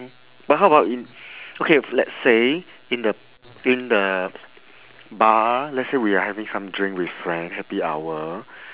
but how about i~ okay let's say in the in the bar let's say we are having some drink with friend happy hour